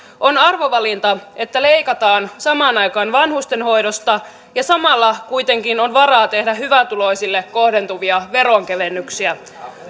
on arvovalinta että leikataan samaan aikaan vanhustenhoidosta ja samalla kuitenkin on varaa tehdä hyvätuloisille kohdentuvia veronkevennyksiä